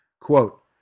Quote